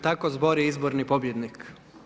Tako zbori izborni pobjednik.